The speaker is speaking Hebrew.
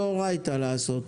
מצווה מדאורייתא לעשות.